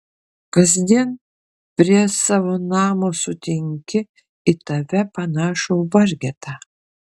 kasdien prie savo namo sutinki į tave panašų vargetą